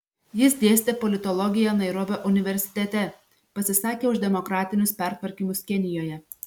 jis dėstė politologiją nairobio universitete pasisakė už demokratinius pertvarkymus kenijoje